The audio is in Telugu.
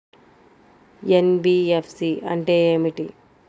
ఎన్.బీ.ఎఫ్.సి అంటే ఏమిటి?